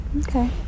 Okay